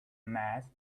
mass